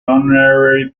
honorary